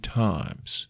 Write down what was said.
times